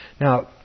Now